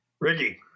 Ricky